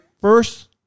first